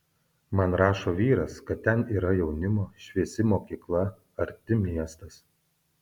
man rašo vyras kad ten yra jaunimo šviesi mokykla arti miestas